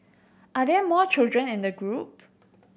are there more children in the group